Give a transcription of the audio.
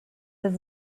his